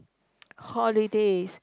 holidays